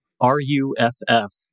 R-U-F-F